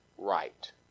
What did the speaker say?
right